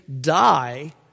die